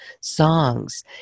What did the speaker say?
songs